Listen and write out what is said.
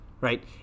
Right